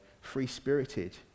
free-spirited